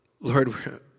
Lord